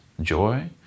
joy